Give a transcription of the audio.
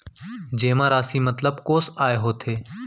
जेमा राशि मतलब कोस आय होथे?